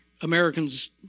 Americans